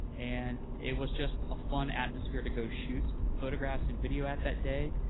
and it was just a fun atmosphere to go shoot photographs and video at that day.